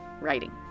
writing